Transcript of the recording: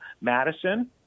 Madison